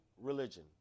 religion